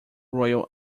royal